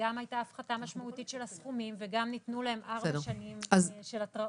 הייתה הפחתה משמעותית של הסכומים וגם ניתנו להם 4 שנים של התראות.